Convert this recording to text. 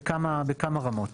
בכמה רמות.